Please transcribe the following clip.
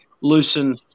loosen